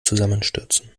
zusammenstürzen